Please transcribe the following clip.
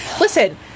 Listen